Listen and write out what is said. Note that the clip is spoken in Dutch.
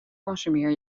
consumeer